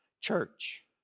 church